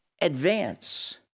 advance